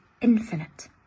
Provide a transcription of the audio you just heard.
infinite